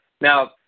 Now